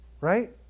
Right